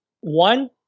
One